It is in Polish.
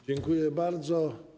Dziękuję bardzo.